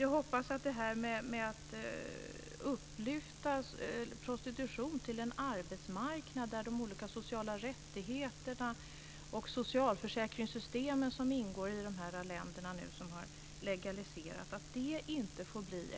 Jag hoppas att lyftet av prostitutionen till en arbetsmarknadsfråga, där de olika sociala rättigheterna och socialförsäkringssystemen ingår, som de gör i de länder som har legaliserat, inte får bli